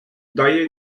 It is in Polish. daje